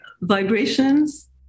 vibrations